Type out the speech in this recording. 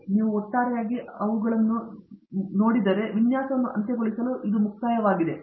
ಆದ್ದರಿಂದ ನೀವು ಒಟ್ಟಾರೆಯಾಗಿ ಅವುಗಳಲ್ಲಿ 3 ಅನ್ನು ನೋಡಿದರೆ ವಿನ್ಯಾಸವನ್ನು ಅಂತ್ಯಗೊಳಿಸಲು ಇದು ಮುಕ್ತಾಯವಾಗಿದೆ